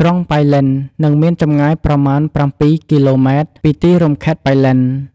ក្រុងប៉ៃលិន និងមានចម្ងាយប្រមាណ ៧គីឡូម៉ែត្រ ពីទីរួមខេត្តប៉ៃលិន។